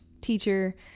teacher